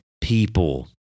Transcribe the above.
people